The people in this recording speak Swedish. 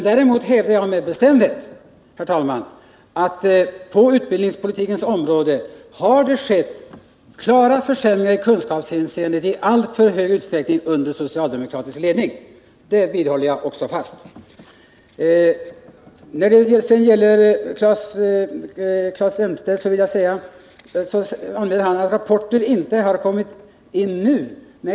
Däremot hävdar jag med bestämdhet att utbildningspolitiken under socialdemokratisk ledning har lett till klara försämringar i kunskapshänseende. Claes Elmstedt invände att rapporterna inte har kommit in nu.